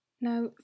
Now